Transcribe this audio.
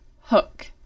Hook